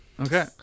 Okay